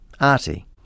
arty